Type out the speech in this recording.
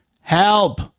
help